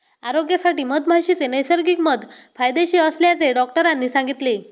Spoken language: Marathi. आरोग्यासाठी मधमाशीचे नैसर्गिक मध फायदेशीर असल्याचे डॉक्टरांनी सांगितले